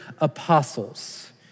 apostles